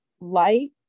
light